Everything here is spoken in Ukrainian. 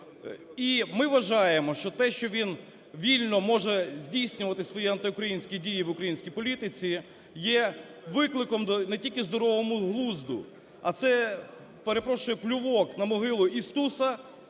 І ми вважаємо, що те, що він вільно може здійснювати свої антиукраїнські дії в українській політиці, є викликом не тільки здоровому глузду, а це, перепрошую, плювок на могилу і Стуса,